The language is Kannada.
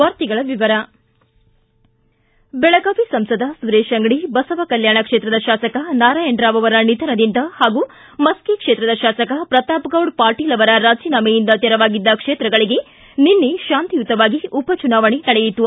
ವಾರ್ತೆಗಳ ವಿವರ ಬೆಳಗಾವಿ ಸಂಸದ ಸುರೇಶ ಅಂಗಡಿ ಬಸವಕಲ್ಕಾಣ ಕ್ಷೇತ್ರದ ಶಾಸಕ ನಾರಾಯಣರಾವ್ ಅವರ ನಿಧನದಿಂದ ಹಾಗೂ ಮಸ್ಕಿ ಕ್ಷೇತ್ರದ ಶಾಸಕ ಪ್ರತಾಪ್ಗೌಡ ಪಾಟೀಲ್ ಅವರ ರಾಜಿನಾಮೆಯಿಂದ ತೆರವಾಗಿದ್ದ ಕ್ಷೇತ್ರಗಳಿಗೆ ನಿನ್ನೆ ಶಾಂತಿಯುತವಾಗಿ ಉಪಚುನಾವಣೆ ನಡೆಯಿತು